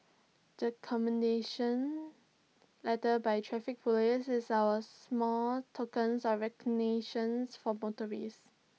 the commendation letter by traffic Police is our small token of recognition for motorists